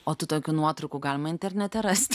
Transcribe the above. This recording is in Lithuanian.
o tų tokių nuotraukų galima internete rasti